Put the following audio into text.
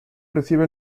recibe